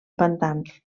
pantans